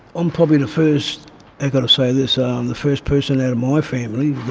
um probably the first, i've got to say this, um the first person out of my family,